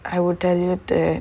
I will tell you that